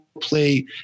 play